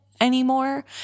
anymore